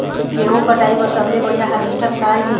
गेहूं कटाई बर सबले बढ़िया हारवेस्टर का ये?